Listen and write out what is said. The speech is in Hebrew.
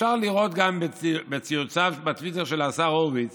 אפשר לראות גם בציוציו בטוויטר של השר הורוביץ